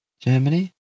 Germany